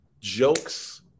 Jokes